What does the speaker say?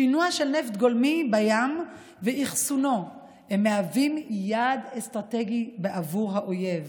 שינוע של נפט גולמי בים ואחסונו מהווים יעד אסטרטגי בעבור האויב.